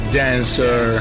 dancer